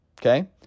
Okay